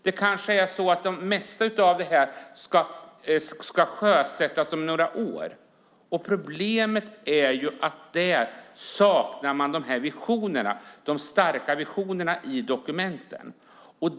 Det kanske är så att det mesta av det här ska sjösättas om några år. Problemet är att där saknas de starka visionerna i dokumenten.